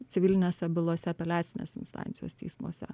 civilinėse bylose apeliacinės instancijos teismuose